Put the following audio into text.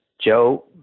Joe